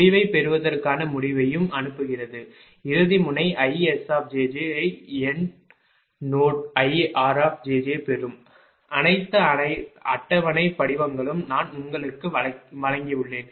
முடிவைப் பெறுவதற்கான முடிவையும் அனுப்புகிறது இறுதி முனை IS ஐ எண்ட் நோட் IR பெறும் அனைத்து அட்டவணை படிவங்களும் நான் உங்களுக்கு வழங்கியுள்ளேன்